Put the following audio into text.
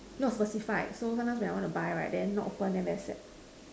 not specified so sometimes when I want to buy right then not open then very sad